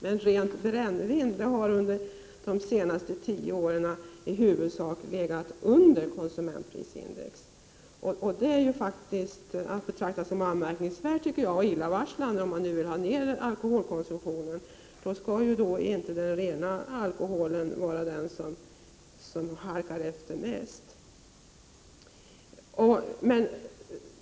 Men rent brännvin har under de senaste tio åren i huvudsak legat under konsumentprisindex, vilket faktiskt är att betrakta som anmärkningsvärt och illavarslande tycker jag. Om man vill få ned alkoholkonsumtionen, skall ju inte den rena alkoholen halka efter mest vid prissättningen.